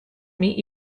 meet